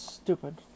Stupid